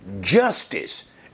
justice